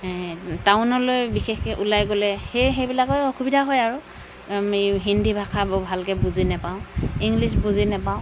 এই টাউনলৈ বিশেষকৈ ওলাই গ'লে সেই সেইবিলাকেই অসুবিধা হয় আৰু আমি হিন্দী ভাষা বৰ ভালকৈ বুজি নাপাওঁ ইংলীছ বুজি নাপাওঁ